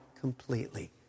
completely